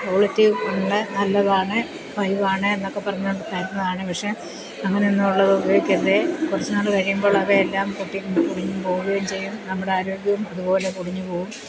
quality ഉണ്ട് നല്ലതാണ് വലുതാണ് എന്നൊക്കെ പറഞ്ഞു കൊണ്ട് തരുന്നതാണ് പക്ഷെ അങ്ങനെ ഒന്നും ഉള്ളത് ഉപയോഗിക്കരുത് കുറച്ച് നാൾ കഴിയുമ്പോൾ അവയെല്ലാം പൊട്ടി പൊടിഞ്ഞും പോവുകയും ചെയ്യും നമ്മുടെ ആരോഗ്യവും അതുപോലെ പൊടിഞ്ഞു പോവും